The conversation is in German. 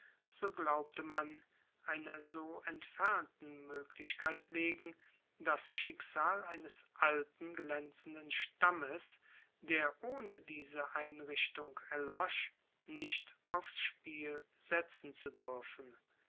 so glaubte man einer so entfernten möglichkeit wegen das schicksal eines alten glänzenden stammes der ohne diese einrichtung erlosch nicht aufs spiel setzen zu dürfen